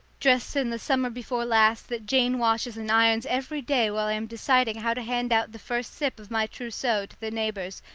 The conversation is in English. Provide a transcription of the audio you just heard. dressed in the summer-before-last that jane washes and irons every day while i am deciding how to hand out the first sip of my trousseau to the neighbours,